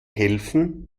helfen